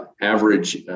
Average